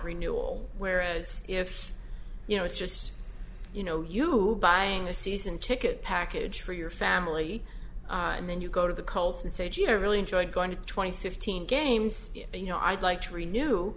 renewal whereas if you know it's just you know you buying a season ticket package for your family and then you go to the colts and say gee i really enjoyed going to twenty fifteen games you know i'd like to ren